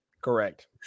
Correct